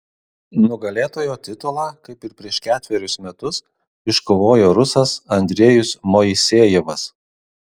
nugalėtojo titulą kaip ir prieš ketverius metus iškovojo rusas andrejus moisejevas